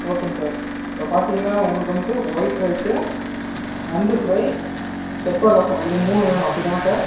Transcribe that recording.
ஓகேங்க சார் இப்போ பார்த்தீங்கனா உங்களுக்கு வந்துட்டு ஒயிட் ரைஸ்ஸு நண்டு ஃப்ரை பெப்பர் ரசம் இது மூணும் வேணும் அப்படி தானே சார்